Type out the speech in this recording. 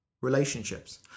relationships